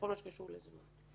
בכל מה שקשור לזנות.